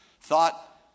thought